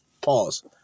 Pause